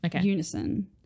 unison